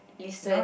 listen